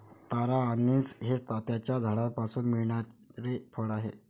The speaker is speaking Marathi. तारा अंनिस हे त्याच्या झाडापासून मिळणारे फळ आहे